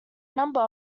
number